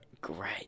great